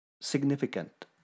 significant